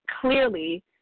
clearly